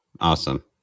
Awesome